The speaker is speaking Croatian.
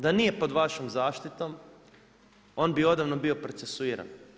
Da nije pod vašom zaštitom, on bi odavno bio procesuiran.